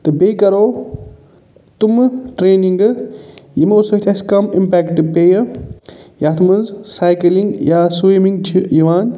تہٕ بیٚیہِ کَرَو تٔمہٕ ٹرینگہٕ یِمَو سۭتۍ اَسہِ کَم اِمپیکٹ پٮ۪یہِ یَتھ منٛز سایکِلِنٛگ یا سُوِمِنٛگ چھِ یِوان